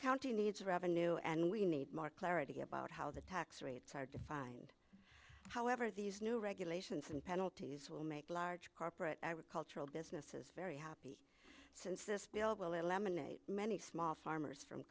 county needs revenue and we need more clarity about how the tax rates are defined however these new regulations and penalties will make large corporate i would cultural businesses very happy since this bill will eliminate many small farmers from